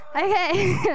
Okay